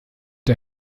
der